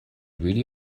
really